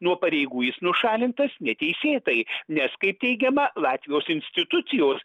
nuo pareigų jis nušalintas neteisėtai nes kaip teigiama latvijos institucijos